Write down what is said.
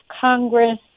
Congress